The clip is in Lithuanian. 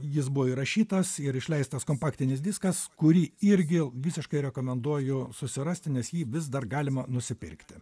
jis buvo įrašytas ir išleistas kompaktinis diskas kurį irgi visiškai rekomenduoju susirasti nes jį vis dar galima nusipirkti